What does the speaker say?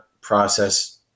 process